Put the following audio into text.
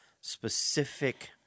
specific